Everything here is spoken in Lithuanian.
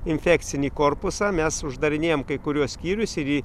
infekcinį korpusą mes uždarinėjam kai kuriuos skyrius ir į